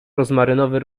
rozmarynowy